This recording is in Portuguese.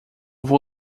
vou